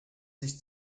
sich